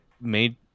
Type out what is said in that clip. made